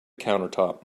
countertop